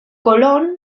colón